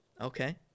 okay